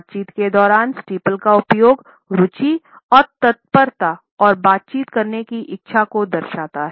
बातचीत के दौरान स्टीपल का उपयोग रुचि और तत्परता और बातचीत करने की इच्छा को दर्शाता है